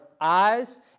eyes